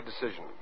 decision